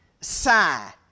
sigh